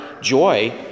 joy